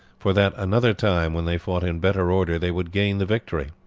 for that another time, when they fought in better order, they would gain the victory